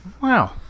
Wow